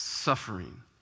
Suffering